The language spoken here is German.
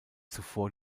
zuvor